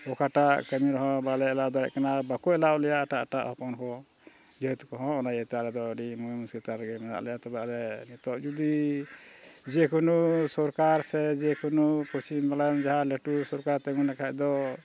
ᱚᱠᱟᱴᱟᱜ ᱠᱟᱹᱢᱤ ᱨᱮᱦᱚᱸ ᱵᱟᱞᱮ ᱮᱞᱟᱣ ᱫᱟᱲᱮᱭᱟᱜ ᱠᱟᱱᱟ ᱵᱟᱠᱚ ᱮᱞᱟᱣ ᱞᱮᱭᱟ ᱮᱴᱟᱜ ᱮᱴᱟᱜ ᱦᱚᱯᱚᱱ ᱠᱚ ᱡᱮᱦᱮᱛᱩ ᱠᱚᱦᱚᱸ ᱚᱱᱟ ᱤᱭᱟᱹᱛᱮ ᱟᱞᱮᱫᱚ ᱟᱹᱰᱤ ᱢᱚᱡᱽ ᱢᱚᱡᱽ ᱥᱮᱛᱟᱜ ᱨᱮᱜᱮ ᱢᱮᱱᱟᱜ ᱞᱮᱭᱟ ᱛᱚᱵᱮ ᱟᱞᱮ ᱱᱤᱛᱚᱜ ᱡᱩᱫᱤ ᱡᱮᱠᱳᱱᱳ ᱥᱚᱨᱠᱟᱨ ᱥᱮ ᱡᱮᱠᱳᱱᱳ ᱯᱚᱥᱪᱤᱢ ᱵᱟᱝᱞᱟ ᱨᱮᱱ ᱡᱟᱦᱟᱸ ᱞᱟᱹᱴᱩ ᱥᱚᱨᱠᱟᱨ ᱮᱱᱛᱮ ᱢᱮᱱ ᱞᱮᱠᱷᱟᱱ ᱫᱚ